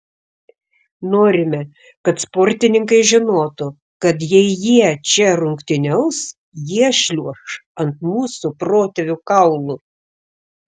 norime kad sportininkai žinotų kad jei jie čia rungtyniaus jie šliuoš ant mūsų protėvių kaulų